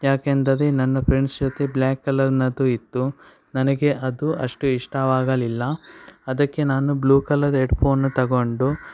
ಯಾಕೆಂದರೆ ನನ್ನ ಫ್ರೆಂಡ್ಸ್ ಜೊತೆ ಬ್ಲ್ಯಾಕ್ ಕಲರ್ನದು ಇತ್ತು ನನಗೆ ಅದು ಅಷ್ಟು ಇಷ್ಟವಾಗಲಿಲ್ಲ ಅದಕ್ಕೆ ನಾನು ಬ್ಲೂ ಕಲರ್ದು ಎಡ್ಫೋನನ್ನ ತಗೊಂಡು